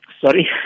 Sorry